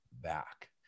back